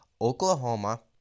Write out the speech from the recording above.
Oklahoma